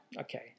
Okay